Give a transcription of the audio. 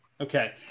Okay